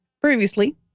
Previously